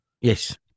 Yes